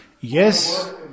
Yes